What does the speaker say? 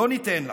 לא ניתן לה.